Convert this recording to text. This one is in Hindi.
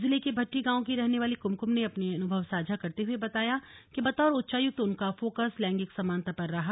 जिले के भट्टी गांव की रहने वाली कुमकुम ने अपने अनुभव साझा करते हुए बताया कि बतौर उच्चायुक्त उनका फोकस लैंगिंक समानता पर रहा